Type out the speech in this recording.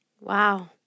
Wow